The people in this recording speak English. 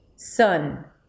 Sun